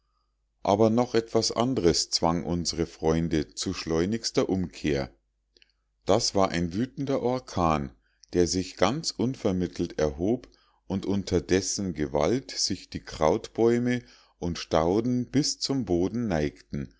aber noch etwas andres zwang unsre freunde zu schleunigster umkehr das war ein wütender orkan der sich ganz unvermittelt erhob und unter dessen gewalt sich die krautbäume und stauden bis zu boden neigten